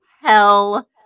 hell